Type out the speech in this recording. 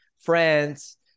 friends